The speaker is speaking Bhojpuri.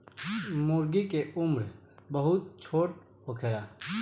मूर्गी के उम्र बहुत छोट होखेला